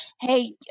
hey